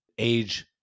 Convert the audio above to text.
age